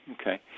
Okay